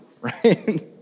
right